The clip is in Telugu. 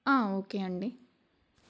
ఓకే అండి